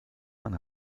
man